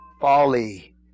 folly